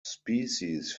species